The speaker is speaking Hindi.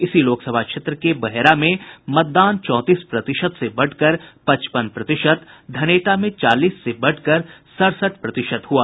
इसी लोकसभा क्षेत्र के बहेरा में मतदान चौंतीस प्रतिशत से बढ़कर पचपन प्रतिशत धनेटा में चालीस से बढ़कर सड़सठ प्रतिशत हुआ